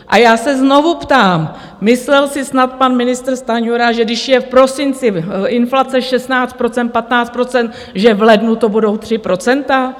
A já se znovu ptám: myslel si snad pan ministr Stanjura, že když je v prosinci inflace 16 %, 15 %, že v lednu to budou 3 %?